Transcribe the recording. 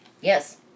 Yes